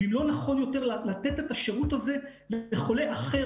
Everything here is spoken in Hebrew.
ואם לא נכון יותר לתת את השרות הזה לחולה אחר,